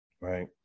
Right